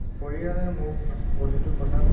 পৰিয়ালে মোক প্ৰতিটো কথাত